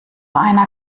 einer